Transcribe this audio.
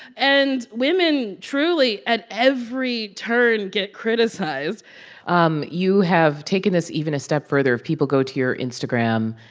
and women truly, at every turn, get criticized um you have taken this even a step further. if people go to your instagram,